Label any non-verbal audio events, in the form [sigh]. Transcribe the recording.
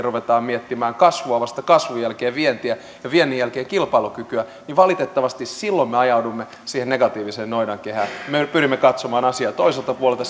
[unintelligible] ruvetaan miettimään kasvua ja vasta kasvun jälkeen vientiä ja viennin jälkeen kilpailukykyä niin valitettavasti silloin me ajaudumme siihen negatiiviseen noidankehään me me pyrimme katsomaan asiaa toiselta puolelta [unintelligible]